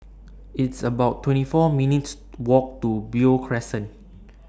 It's about twenty four minutes' Walk to Beo Crescent